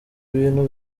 ibintu